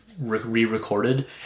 re-recorded